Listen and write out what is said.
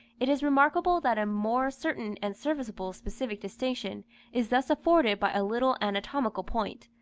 it is remarkable that a more certain and serviceable specific distinction is thus afforded by a little anatomical point,